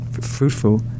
fruitful